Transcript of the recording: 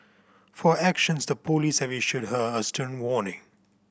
for her actions the police have issued her a stern warning